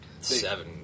seven